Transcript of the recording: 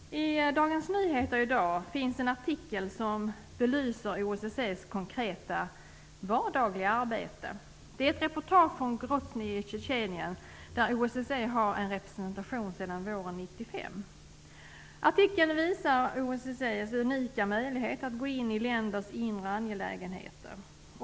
Herr talman! I Dagens Nyheter i dag finns en artikel som belyser OSSE:s konkreta, vardagliga arbete. Det är ett reportage om Grosnyj i Tjetjenien, där OSSE har en representation sedan våren 1995. Artikeln visar OSSE:s unika möjlighet att gå in i länders inre angelägenheter.